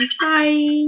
Bye